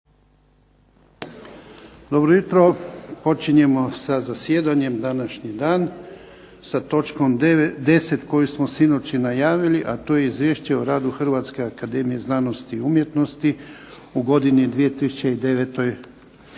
Dobro jutro! Počinjemo sa zasjedanjem današnji dan sa točkom 10. koju smo sinoć i najavili, a to je - Izvješće o radu Hrvatske akademije znanosti i umjetnosti u godini 2009. Podnositelj